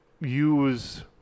use